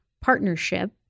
partnership